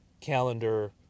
calendar